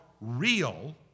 real